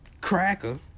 cracker